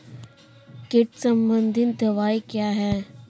कीट संबंधित दवाएँ क्या हैं?